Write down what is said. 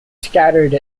scattered